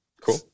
Cool